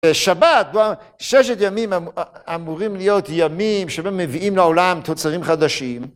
שבת, ששת ימים אמורים להיות ימים שבהם מביאים לעולם תוצרים חדשים.